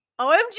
OMG